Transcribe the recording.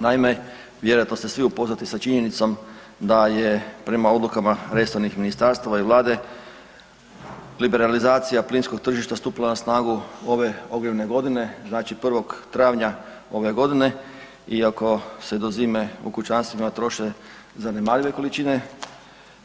Naime, vjerojatno ste svi upoznati sa činjenicom da je prema odlukama resornih ministarstava i Vlade liberalizacija plinskog tržišta stupila na snagu ove ogrjevne godine, znači 1. travnja ove godine iako se do zime u kućanstvima troše zanemarive količine